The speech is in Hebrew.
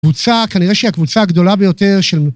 קבוצה כנראה שהיא הקבוצה הגדולה ביותר של